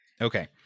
Okay